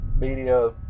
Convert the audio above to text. media